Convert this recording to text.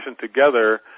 together